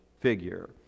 figure